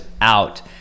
out